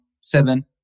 seven